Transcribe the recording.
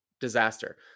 disaster